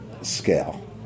scale